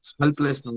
helpless